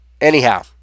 Anyhow